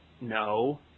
No